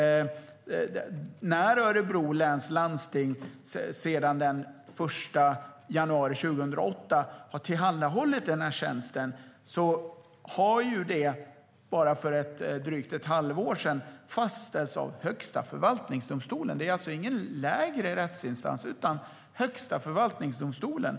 Örebro läns landsting har sedan den 1 januari 2008 tillhandahållit tjänsten. Detta har för bara ett drygt halvår sedan fastställts av Högsta förvaltningsdomstolen, alltså inte någon lägre rättsinstans, utan Högsta förvaltningsdomstolen.